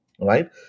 right